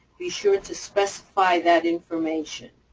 be sure to specify that information.